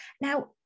now